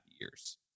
years